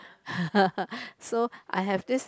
so I have these